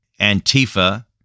Antifa